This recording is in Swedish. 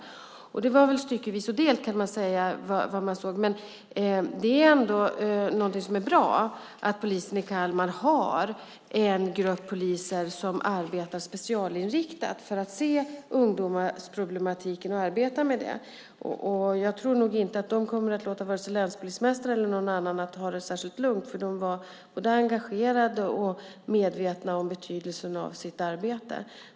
Det man såg var väl styckevis och delt, kan man säga, men det är ändå bra att polisen i Kalmar har en grupp poliser som arbetar specialinriktat för att se ungdomsproblematiken och arbeta med den. Jag tror nog inte att de kommer att låta vare sig länspolismästaren eller någon annan ha det särskilt lugnt, för de var både engagerade och medvetna om betydelsen av sitt arbete.